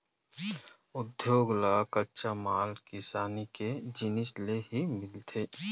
उद्योग ल कच्चा माल किसानी के जिनिस ले ही मिलथे